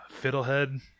Fiddlehead